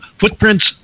footprints